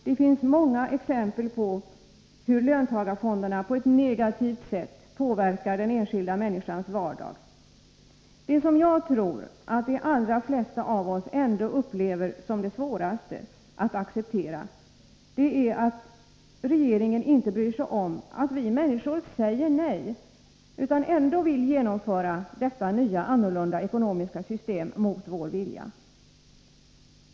Det finns många exempel på hur löntagarfonderna på ett negativt sätt påverkar den enskilda människans vardag. Det som jag tror att de allra flesta av oss ändå upplever som det svåraste att acceptera är att regeringen inte bryr sig om att vi människor säger nej utan ändå vill genomföra detta nya, annorlunda ekonomiska system mot vår vilja.